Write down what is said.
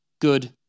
good